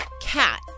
CAT